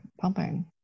pumping